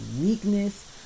weakness